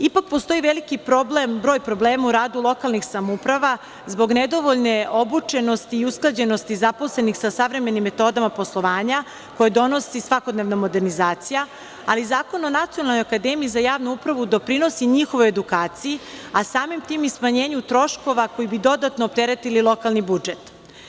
Ipak, postoji veliki problem, broj problema u radu lokalnih samouprava zbog nedovoljne obučenosti i usklađenosti zaposlenih sa savremenim metodama poslovanja koje donosi svakodnevna modernizacija, ali Zakon o Nacionalnoj akademiji za javnu upravu doprinosi njihovoj edukaciji a samim tim i smanjenju troškova koji bi dodatno opteretili lokalni budžet.